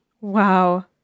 Wow